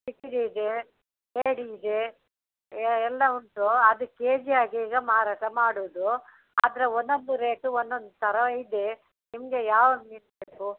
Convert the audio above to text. ಇದೆ ಏಡಿ ಇದೆ ಎಲ್ಲ ಉಂಟು ಅದು ಕೆ ಜಿ ಹಾಗೆ ಈಗ ಮಾರಾಟ ಮಾಡುವುದು ಅದರ ಒಂದೊಂದು ರೇಟು ಒನ್ನೊಂದು ಥರ ಇದೆ ನಿಮಗೆ ಯಾವ ಮೀನು ಬೇಕು